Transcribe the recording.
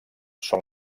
són